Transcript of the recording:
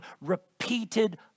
repeated